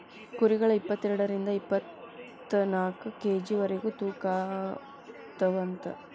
ಕುರಿಗಳ ಇಪ್ಪತೆರಡರಿಂದ ಇಪ್ಪತ್ತನಾಕ ಕೆ.ಜಿ ವರೆಗು ತೂಗತಾವಂತ